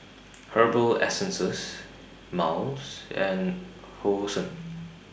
Herbal Essences Miles and Hosen